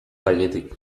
gainetik